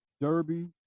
Derby